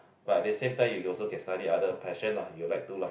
but at the same time you also can study other passion lah you like to lah